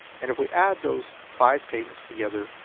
and if we add those five payments together,